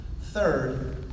Third